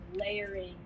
layering